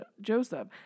Joseph